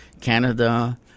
Canada